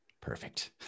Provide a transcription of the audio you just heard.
Perfect